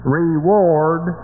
reward